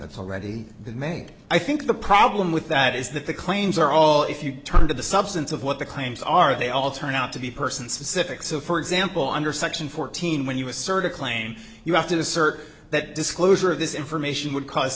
that's already been made i think the problem with that is that the claims are all if you turn to the substance of what the claims are they all turn out to be person specific so for example under section fourteen when you assert a claim you have to assert that disclosure of this information would cause